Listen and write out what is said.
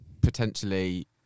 potentially